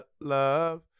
Love